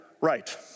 right